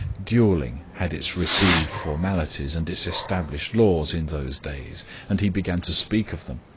dueling had its received formalities and its established laws in those days and he began to speak of them.